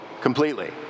completely